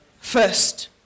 first